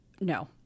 no